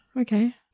Okay